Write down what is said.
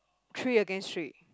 three against three